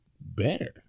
better